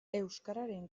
euskararen